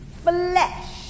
flesh